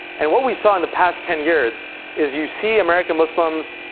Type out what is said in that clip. and what we saw in the past ten years is you see american muslims,